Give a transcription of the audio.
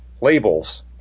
labels